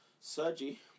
Sergi